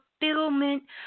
fulfillment